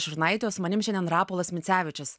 šurnaitė o su manim šiandien rapolas micevičius